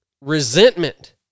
resentment